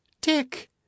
dick